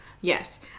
Yes